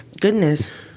goodness